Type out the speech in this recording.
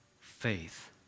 faith